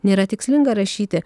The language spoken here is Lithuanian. nėra tikslinga rašyti